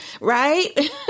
right